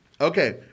Okay